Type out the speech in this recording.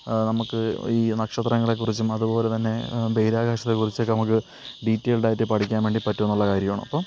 നമുക്ക് ഈ നക്ഷത്രങ്ങളെ കുറിച്ചും അതുപോലെ തന്നെ ബഹിരാകാശത്തെ കുറിച്ചൊക്കെ നമുക്ക് ഡീറ്റൈൽഡായിട്ട് പഠിക്കാൻ വേണ്ടി പറ്റും എന്നുള്ള കാര്യമാണ് അപ്പം